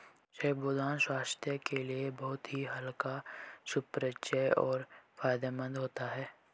साबूदाना स्वास्थ्य के लिए बहुत ही हल्का सुपाच्य और फायदेमंद होता है